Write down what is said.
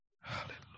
Hallelujah